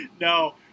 No